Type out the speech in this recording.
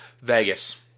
Vegas